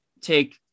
take